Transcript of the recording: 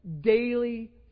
daily